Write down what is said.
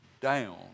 down